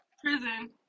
prison